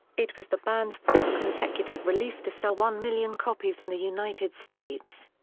it was the band's fourth consecutive release to sell one million copies in the united states.